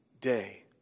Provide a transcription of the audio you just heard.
day